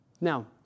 Now